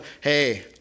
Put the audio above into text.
Hey